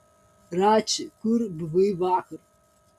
rači kur buvai vakar